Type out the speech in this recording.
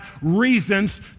reasons